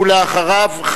ואחריו,